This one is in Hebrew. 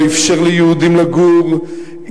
לא אפשר ליהודים לגור,